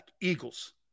Eagles